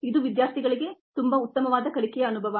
ಇದು ವಿದ್ಯಾರ್ಥಿಗಳಿಗೆ ತುಂಬಾ ಉತ್ತಮವಾದ ಕಲಿಕೆಯ ಅನುಭವ